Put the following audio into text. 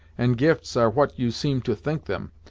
and gifts are what you seem to think them,